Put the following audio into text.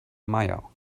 meier